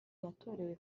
yatorewe